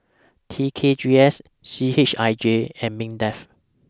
T K G S C H I J and Mindef